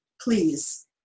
please